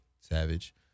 Savage